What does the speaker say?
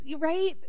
right